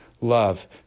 love